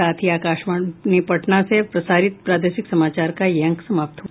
इसके साथ ही आकाशवाणी पटना से प्रसारित प्रादेशिक समाचार का ये अंक समाप्त हुआ